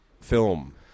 film